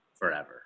forever